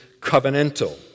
covenantal